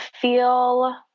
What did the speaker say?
feel